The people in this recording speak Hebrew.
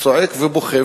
צועק ובוכה,